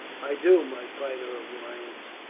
i do, my fighter of lions,